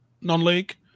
non-league